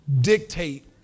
dictate